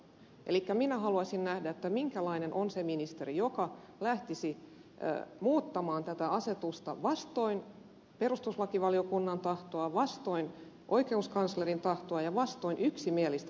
eli minä haluaisin nähdä minkälainen on se ministeri joka lähtisi muuttamaan tätä asetusta vastoin perustuslakivaliokunnan tahtoa vastoin oikeuskanslerin tahtoa ja vastoin yksimielistä työryhmää